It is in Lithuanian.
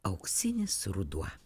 auksinis ruduo